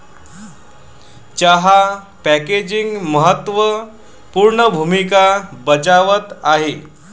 चहा पॅकेजिंग महत्त्व पूर्ण भूमिका बजावत आहे